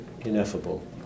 ineffable